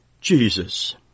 Jesus